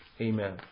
Amen